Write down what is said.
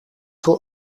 veel